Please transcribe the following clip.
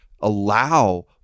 allow